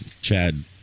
chad